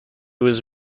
was